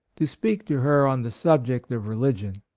to speak to her on the subject of religion.